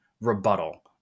rebuttal